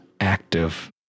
active